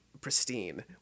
pristine